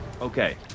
Okay